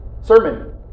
sermon